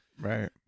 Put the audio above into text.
Right